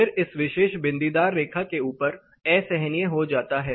फिर इस विशेष बिंदीदार रेखा के ऊपर असहनीय हो जाता है